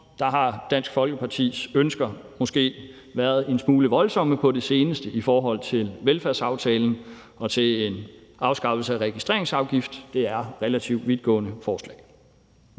har Dansk Folkepartis ønsker måske været en smule voldsomme på det seneste i forhold til velfærdsaftalen og til en afskaffelse af registreringsafgiften. Det er relativt vidtgående forslag.